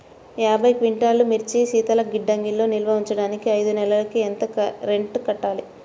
యాభై క్వింటాల్లు మిర్చి శీతల గిడ్డంగిలో నిల్వ ఉంచటానికి ఐదు నెలలకి ఎంత రెంట్ కట్టాలి?